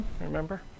remember